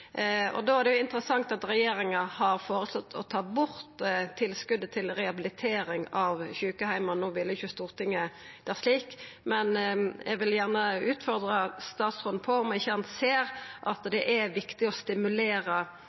er det interessant at regjeringa har føreslått å ta bort tilskotet til rehabilitering av sjukeheimar. No ville ikkje Stortinget det slik, men eg vil gjerne utfordra statsråden på om han ikkje ser at det er viktig å stimulera